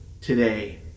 today